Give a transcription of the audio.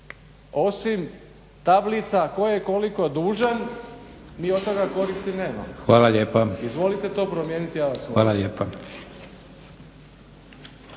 Osim tablica tko je koliko dužan mi od toga koristi nemamo. Izvolite to promijeniti ja vas molim.